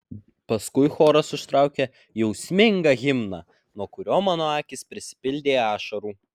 paskui choras užtraukė jausmingą himną nuo kurio mano akys prisipildė ašarų